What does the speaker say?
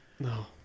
No